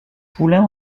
poulain